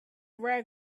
rag